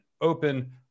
Open